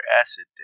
Acid